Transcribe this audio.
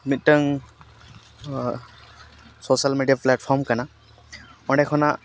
ᱢᱤᱫᱴᱟᱝ social media platform ᱠᱟᱱᱟ ᱚᱸᱰᱮ ᱠᱷᱚᱱᱟᱜ